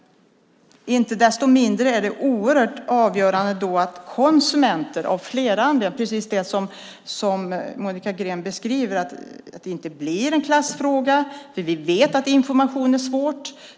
Inte desto mindre är det oerhört avgörande att det, precis som Monica Green beskriver, inte blir en klassfråga. För vi vet att information är svårt.